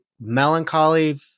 melancholy